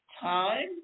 time